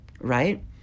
Right